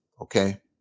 okay